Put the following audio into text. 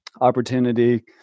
opportunity